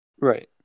Right